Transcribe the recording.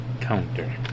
Counter